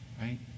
right